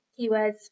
Keywords